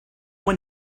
one